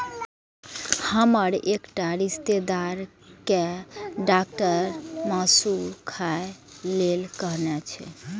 हमर एकटा रिश्तेदार कें डॉक्टर मासु खाय लेल कहने छै